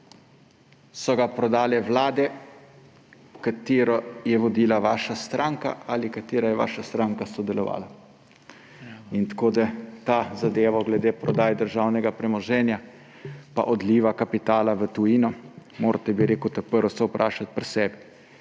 ga je prodala vlada, katero je vodila vaša stranka ali v kateri je vaša stranka sodelovala. Glede te zadeva glede prodaje državnega premoženja pa odliva kapitala v tujino se morate prvo vprašati pri sebi.